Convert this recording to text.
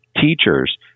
teachers